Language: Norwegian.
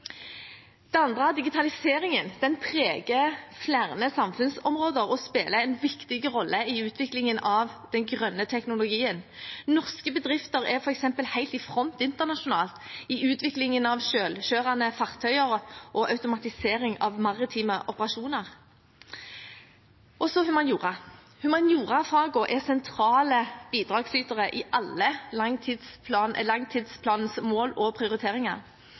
Det andre perspektivet, digitaliseringen, preger flere samfunnsområder og spiller en viktig rolle i utviklingen av den grønne teknologien. Norske bedrifter er f.eks. helt i front internasjonalt i utviklingen av selvkjørende fartøyer og automatisering av maritime operasjoner. Det tredje perspektivet er humaniora. Humaniorafagene er sentrale bidragsytere i alle langtidsplanens mål og prioriteringer.